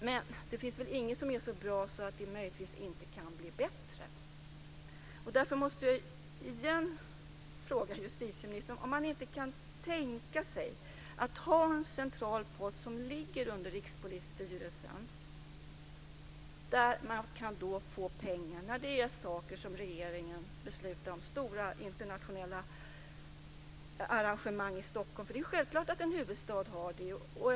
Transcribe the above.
Men det finns väl inget som är så bra att det inte kan bli bättre. Därför måste jag återigen fråga justitieministern om han inte kan tänka sig en central pott som ligger under Rikspolisstyrelsen. Där kunde Stockholm få pengar vid stora internationella arrangemang som regeringen beslutar om. Det är självklart att en huvudstad har internationella arrangemang.